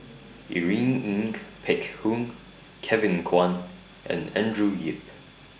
Irene Ng Phek Hoong Kevin Kwan and Andrew Yip